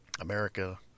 America